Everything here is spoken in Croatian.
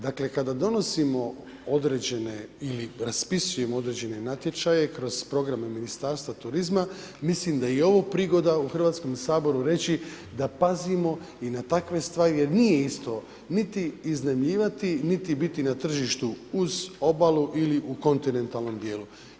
Dakle kada donosimo određene ili raspisujemo određene natječaje kroz programe Ministarstva turizma, mislim da je i ovo prigoda u Hrvatskom saboru reći da pazimo i na takve stvari jer nije isto niti iznajmljivati, niti biti na tržištu uz obalu ili u kontinentalnom djelu.